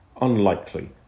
unlikely